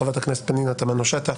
חברת הכנסת פנינה תמנו שטה,